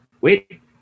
Wait